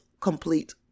complete